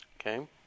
Okay